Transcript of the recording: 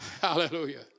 Hallelujah